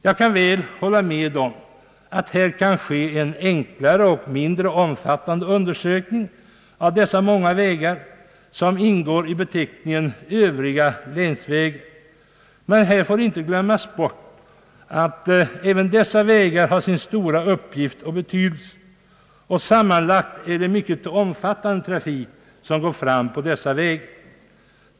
Jag kan väl hålla med om att det kan ske en enklare och mindre omfattande undersökning av de många vägar som ingår i vad som här betecknas som »övriga länsvägar». Men här får inte glömmas bort att även dessa vägar har sin stora uppgift och betydelse. Sammanlagt är det en mycket omfattande trafik som går fram på dessa vägar.